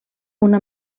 una